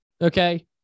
Okay